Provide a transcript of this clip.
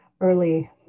early